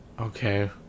Okay